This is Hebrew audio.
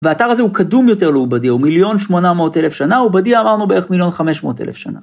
והאתר הזה הוא קדום יותר לאובדיה, הוא מיליון שמונה מאות אלף שנה, ואובדיה אמרנו בערך מיליון חמש מאות אלף שנה.